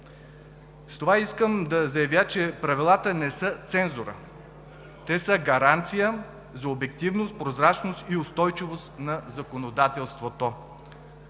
С това искам да заявя, че правилата не са цензура, те са гаранция за обективност, прозрачност и устойчивост на законодателството.